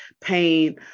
pain